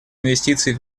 инвестиций